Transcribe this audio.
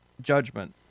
judgment